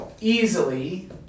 easily